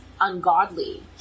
ungodly